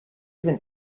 even